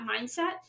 mindset